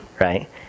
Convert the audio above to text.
right